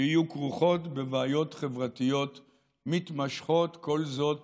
שיהיו כרוכות בבעיות חברתיות מתמשכות, כל זאת